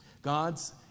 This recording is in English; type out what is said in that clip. God's